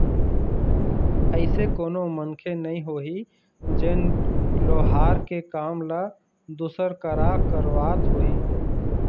अइसे कोनो मनखे नइ होही जेन लोहार के काम ल दूसर करा करवात होही